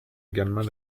également